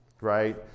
right